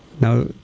now